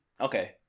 Okay